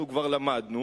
את זה כבר למדנו,